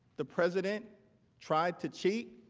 the president tried to cheat,